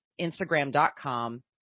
Instagram.com